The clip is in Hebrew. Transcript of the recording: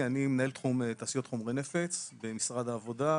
אני מנהל תחום תעשיות חומרי נפץ במשרד העבודה,